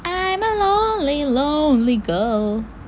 I am a lonely lonely girl